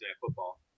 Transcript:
football